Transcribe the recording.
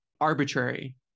arbitrary